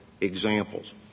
examples